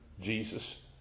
Jesus